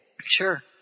Sure